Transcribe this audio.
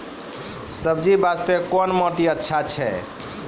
सब्जी बास्ते कोन माटी अचछा छै?